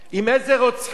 עם איזה רוצחים?